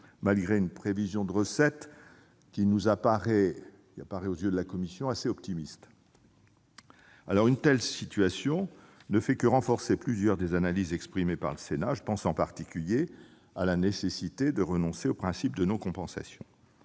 malgré une prévision de recettes assez optimiste aux yeux de la commission. Une telle situation ne fait que renforcer plusieurs des analyses exprimées par le Sénat. Je pense en particulier à la nécessité de renoncer au principe de non-compensation.